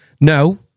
No